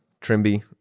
Trimby